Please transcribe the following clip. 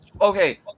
okay